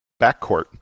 backcourt